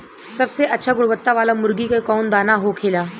सबसे अच्छा गुणवत्ता वाला मुर्गी के कौन दाना होखेला?